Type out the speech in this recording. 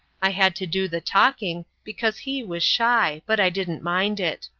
i had to do the talking, because he was shy, but i didn't mind it.